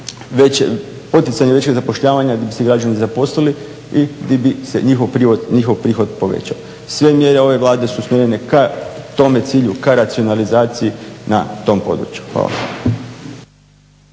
poticanje većeg zapošljavanja gdje bi se građani zaposlili i di bi se njihov prihod povećao. Sve mjere ove Vlade su usmjerene ka tome cilju, ka racionalizaciji na tom području.